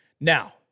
Now